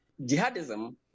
jihadism